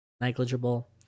negligible